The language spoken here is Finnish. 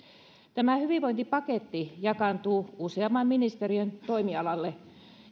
tämä hyvinvointipaketti jakaantuu useamman ministeriön toimialalle